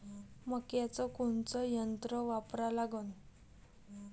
मक्याचं कोनचं यंत्र वापरा लागन?